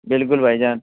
بالکل بھائی جان